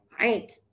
right